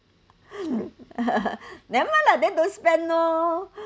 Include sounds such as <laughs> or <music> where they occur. <laughs> nevermind lah then don't spend loh